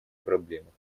проблемах